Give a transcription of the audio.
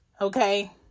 Okay